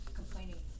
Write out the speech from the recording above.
complaining